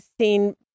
seen